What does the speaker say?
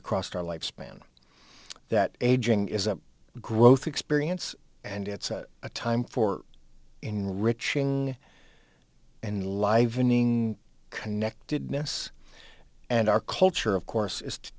across our lifespan that aging is a growth experience and it's a time for enriching and livening connectedness and our culture of course i